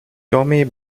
tommy